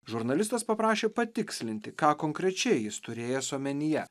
žurnalistas paprašė patikslinti ką konkrečiai jis turėjęs omenyje